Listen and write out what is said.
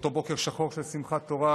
באותו בוקר שחור של שמחת תורה,